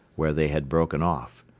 where they had broken off.